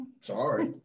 Sorry